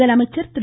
முதலமைச்சர் திரு